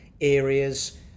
areas